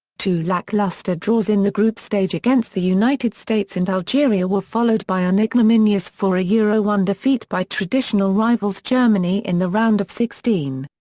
two lacklustre draws in the group stage against the united states and algeria were followed by an ignominious four ah ah one defeat by traditional rivals germany in the round of sixteen.